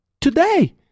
today